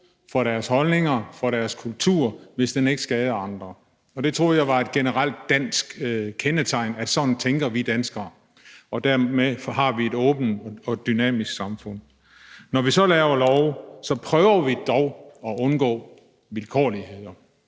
for deres holdninger, for deres kultur, hvis den ikke skader andre. Det troede jeg var et generelt dansk kendetegn, altså at sådan tænker vi danskere, og dermed har vi et åbent og dynamisk samfund. Når vi så laver love, prøver vi dog at undgå vilkårligheder,